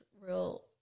real